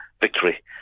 victory